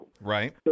right